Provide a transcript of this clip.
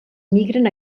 migren